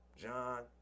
John